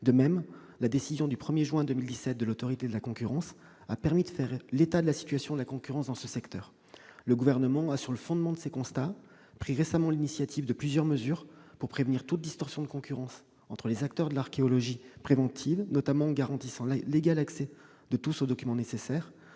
De même, par sa décision du 1 juin 2017, l'Autorité de la concurrence a permis de faire l'état de la situation de la concurrence dans ce secteur. Sur le fondement de ces constats, le Gouvernement a récemment pris l'initiative de plusieurs mesures visant à prévenir toute distorsion de concurrence entre les acteurs de l'archéologie préventive, notamment en garantissant l'égal accès de tous aux documents nécessaires